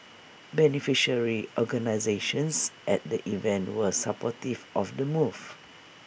beneficiary organisations at the event were supportive of the move